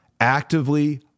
Actively